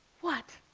what?